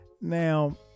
Now